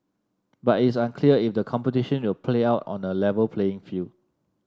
but is unclear if the competition will play out on A Level playing field